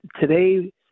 today